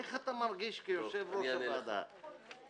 איך אתה מרגיש כיושב-ראש הוועדה עם זה?